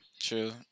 True